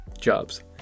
jobs